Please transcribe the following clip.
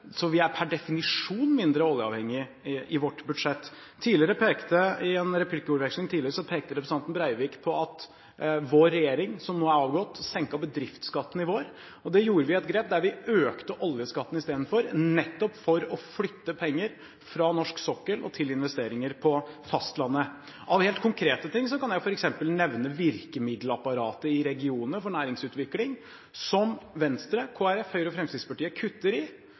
så vi er per definisjon mindre oljeavhengige i vårt budsjett. I en replikkordveksling tidligere pekte representanten Breivik på at vår regjering, som nå er avgått, senket bedriftsskatten i vår, og der gjorde vi et grep der vi økte oljeskatten istedenfor, nettopp for å flytte penger fra norsk sokkel og til investeringer på fastlandet. Av helt konkrete ting kan jeg f.eks. nevne virkemiddelapparatet i regionene for næringsutvikling, som Venstre, Kristelig Folkeparti, Høyre og Fremskrittspartiet kutter i,